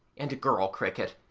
and girl cricket,